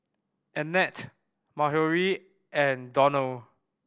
Annette Marjorie and Donald